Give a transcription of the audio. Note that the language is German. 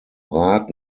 rat